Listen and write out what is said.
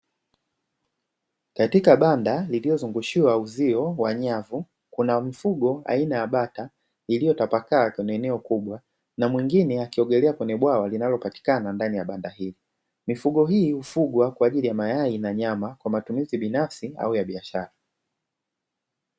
Katika banda lililozungushiwa uzio wa nyavu ,kuna mfugo aina ya bata iliyotapakaa kwenye eneo kubwa na mwingine akiogelea kwenye bwawa linalopatikana ndani ya banda hili. Mifugo hii hufugwa kwaajili ya mayai na nyama kwa matumizi binafsi au ya biashara.